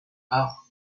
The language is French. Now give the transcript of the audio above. par